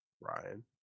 ryan